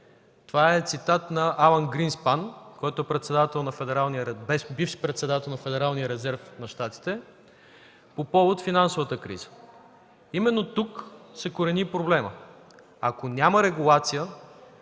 Това е цитат на Алън Грийнспан, който е бивш председател на Федералния резерв на Щатите по повод на финансовата криза. Именно тук се корени проблемът – ако няма регулация